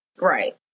Right